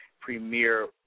premier